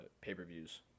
pay-per-views